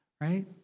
Right